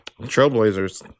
Trailblazers